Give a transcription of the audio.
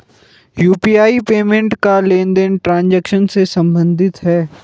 UPI payment का लेनदेन transaction से सम्बंधित है